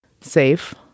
safe